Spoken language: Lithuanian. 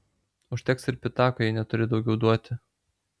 užteks ir pitako jei neturi daugiau duoti